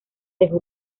dejó